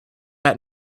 that